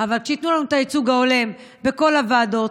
אבל שייתנו לנו את הייצוג ההולם בכל הוועדות,